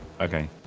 Okay